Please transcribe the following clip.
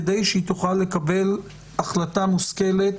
כדי שהיא תוכל לקבל החלטה מושכלת,